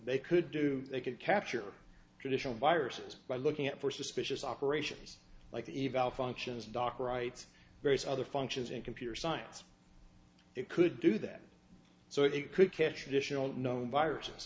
they could do they could capture traditional viruses by looking at for suspicious operations like evolve functions doc writes various other functions in computer science it could do that so it could catch additional known viruses